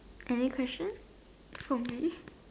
any questions from me